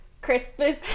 Christmas